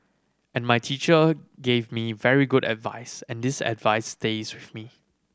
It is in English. and my teacher gave me very good advice and this advice stays with me